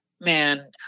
man